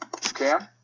Cam